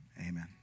amen